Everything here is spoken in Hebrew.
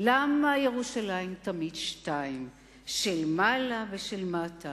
"למה ירושלים תמיד שתיים, של מעלה ושל מטה,